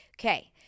Okay